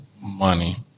Money